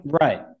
right